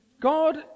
God